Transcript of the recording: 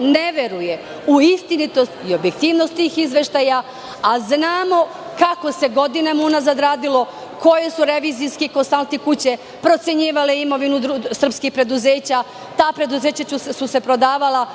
ne veruje u istinitost i objektivnost tih izveštaja, a znamo kako se godinama unazad radilo, koje su revizorske i konsalting kuće procenjivale imovinu srpskih preduzeća, ta preduzeća su se prodavala,